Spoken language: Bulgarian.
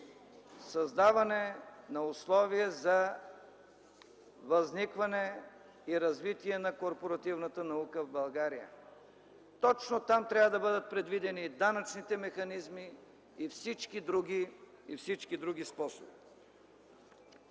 „Създаване на условия за възникване и развитие на корпоративната наука в България. Точно там трябва да бъдат предвидени данъчните механизми и всички други способи.